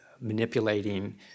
manipulating